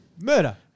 Murder